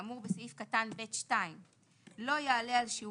תיקון סעיף 14 2. (2) (ב) (2) לא יעלה על שיעורים